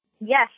Yes